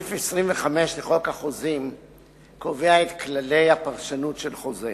סעיף 25 לחוק החוזים קובע את כללי הפרשנות של חוזה.